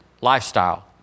lifestyle